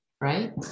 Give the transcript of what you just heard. Right